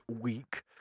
week